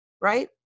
right